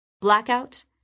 Blackout